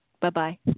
Bye-bye